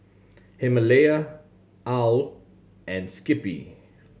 Himalaya owl and Skippy